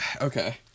okay